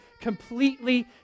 completely